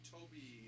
Toby